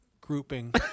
grouping